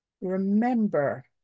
Remember